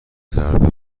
زرد